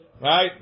Right